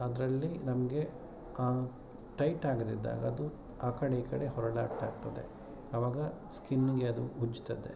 ಅದರಲ್ಲಿ ನಮಗೆ ಟೈಟಾಗದಿದ್ದಾಗ ಅದು ಆ ಕಡೆ ಈ ಕಡೆ ಹೊರಳಾಡ್ತ ಇರ್ತದೆ ಆವಾಗ ಸ್ಕಿನ್ಗೆ ಅದು ಉಜ್ತದೆ